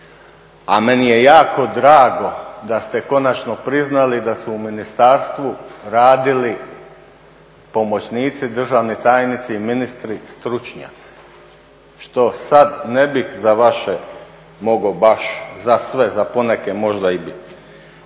a meni je jako drago da ste konačno priznali da su u ministarstvu radili pomoćnici, državni tajnici i ministri stručnjaci što sad ne bih za vaše mogao baš za sve, za poneke možda i bi